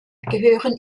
gehören